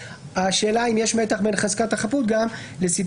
השאלה אם יש מתח בין חזקת החפות לסיטואציות